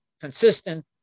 consistent